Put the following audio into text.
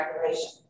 regulation